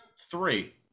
three